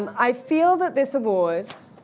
um i feel that this award